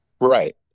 Right